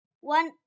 One